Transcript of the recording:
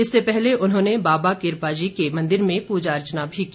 इससे पहले उन्होंने बाबा किरपा जी के मंदिर में पूजा अर्चना भी की